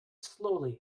slowly